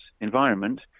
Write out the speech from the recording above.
environment